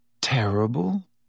Terrible